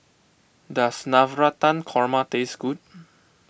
does Navratan Korma taste good